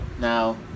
now